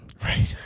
right